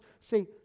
say